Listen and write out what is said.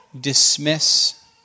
dismiss